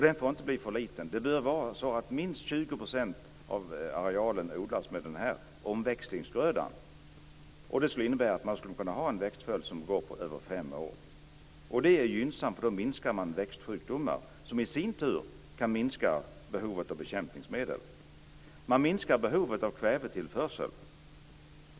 Den får inte bli för liten. Det bör vara så att minst 20 % av arealen odlas med den här omväxlingsgrödan. Det skulle innebära att man skulle kunna ha en växtföljd som går över fem år. Det är gynnsamt - då minskar man växtsjukdomar, vilket i sin tur kan minska behovet av bekämpningsmedel. Man minskar behovet av kvävetillförsel.